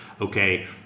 okay